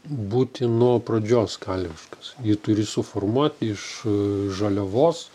būti nuo pradžios kalviškas jį turi suformuot iš žaliavos